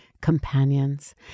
companions